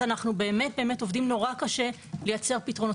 אז אנחנו באמת באמת עובדים נורא קשה לייצר פתרונות.